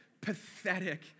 pathetic